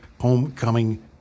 homecoming